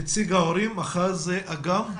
נציג ההורים, אחז אגם.